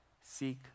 seek